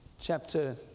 chapter